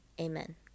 Amen